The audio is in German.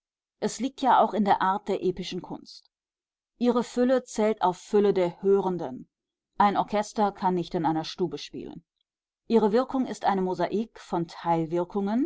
es liegt ja auch in der art der epischen kunst ihre fülle zählt auf fülle der hörenden ein orchester kann nicht in einer stube spielen ihre wirkung ist eine mosaik von